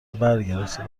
برگرفته